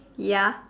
ya